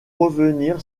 revenir